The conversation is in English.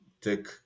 take